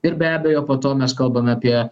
ir be abejo po to mes kalbame apie